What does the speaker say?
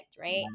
right